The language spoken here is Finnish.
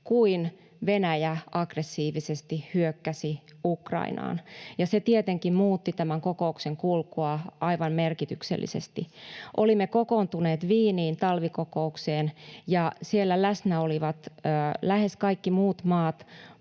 jolloin Venäjä aggressiivisesti hyökkäsi Ukrainaan, ja se tietenkin muutti tämän kokouksen kulkua aivan merkityksellisesti. Olimme kokoontuneet Wieniin talvikokoukseen, ja siellä läsnä olivat lähes kaikki maat